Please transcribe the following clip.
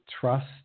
trust